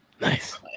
Nice